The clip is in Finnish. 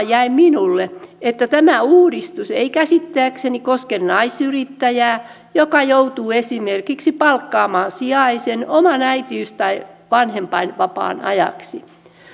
jäi askarruttamaan että tämä uudistus ei käsittääkseni koske naisyrittäjää joka joutuu esimerkiksi palkkaamaan sijaisen oman äitiys tai vanhempainvapaan ajaksi